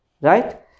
right